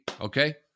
Okay